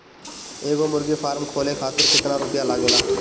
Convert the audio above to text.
एगो मुर्गी फाम खोले खातिर केतना रुपया लागेला?